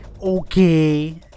Okay